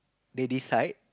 they decide